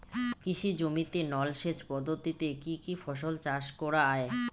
কৃষি জমিতে নল জলসেচ পদ্ধতিতে কী কী ফসল চাষ করা য়ায়?